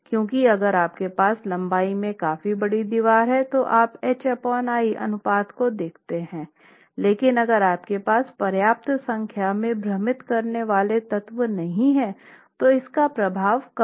क्योंकि अगर आपके पास लंबाई में काफी बड़ी दीवार है तो आप hl अनुपात को देखते हैं लेकिन अगर आपके पास पर्याप्त संख्या में भ्रमित करने वाले तत्व नहीं है तो इसका प्रभाव कम होगा